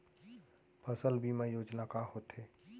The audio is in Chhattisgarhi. फसल बीमा योजना का होथे?